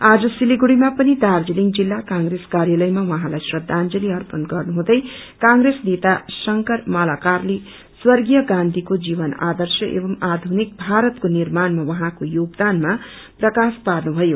आज सिलिगुड़ीमा पनि दार्जीलिङ जिल्ला कांप्रेस कार्यालयमा उहाँलाइ श्रदाजंली अप्रण गर्नुहुँदै कांप्रेस नेता शंकर मालाकरले स्वग्रेय गान्धीको जीवन आदर्श एवम् आधुनिक भारतको निर्माण्मा उहाँको योदानमा प्रकाश पार्नु भयो